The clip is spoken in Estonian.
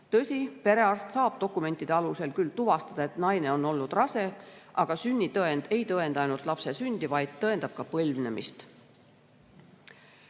Tõsi, perearst saab dokumentide alusel küll tuvastada, et naine on olnud rase, aga sünnitõend ei tõenda ainult lapse sündi, vaid tõendab ka põlvnemisest.